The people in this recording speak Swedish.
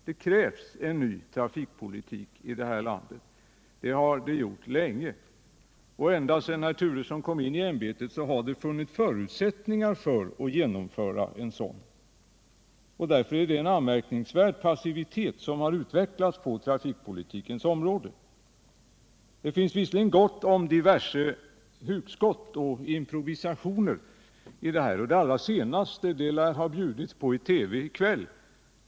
Det krävs en ny trafikpolitik i det här landet — det har det gjort länge. Och ända sedan herr Turesson kom in i ämbetet har det funnits förutsättningar att genomföra en sådan. Därför är det en anmärkningsvärd passivitet som utvecklats på trafikpolitikens område. Det finns gott om diverse hugskott och improvisationer. Det allra senaste lär man ha bjudit på i TV i kväll.